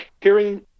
hearing